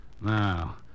Now